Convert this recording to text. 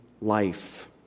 life